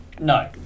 No